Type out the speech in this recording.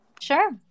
Sure